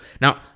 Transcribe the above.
Now